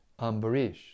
Ambarish